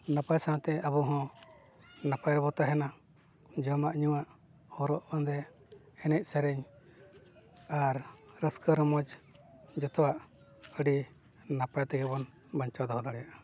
ᱱᱟᱯᱟᱭ ᱥᱟᱶᱛᱮ ᱟᱵᱚᱦᱚᱸ ᱱᱟᱯᱟᱭ ᱨᱮᱵᱚᱱ ᱛᱟᱦᱮᱱᱟ ᱡᱚᱢᱟᱜ ᱧᱩᱣᱟᱜ ᱦᱚᱨᱚᱜ ᱵᱟᱸᱫᱮ ᱮᱱᱮᱡ ᱥᱮᱨᱮᱧ ᱟᱨ ᱨᱟᱹᱥᱠᱟᱹ ᱨᱚᱢᱚᱡ ᱡᱚᱛᱚᱣᱟᱜ ᱟᱹᱰᱤ ᱱᱟᱯᱟᱭ ᱛᱮᱜᱮᱵᱚᱱ ᱵᱟᱧᱪᱟᱣ ᱫᱚᱦᱚ ᱫᱟᱲᱮᱭᱟᱜᱼᱟ